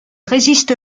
résiste